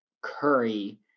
Curry